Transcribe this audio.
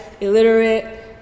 illiterate